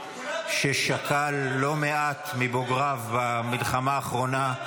ששכל לא מעט מבוגריו במלחמה האחרונה,